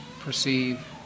perceive